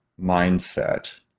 mindset